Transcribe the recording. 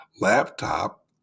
laptop